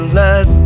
let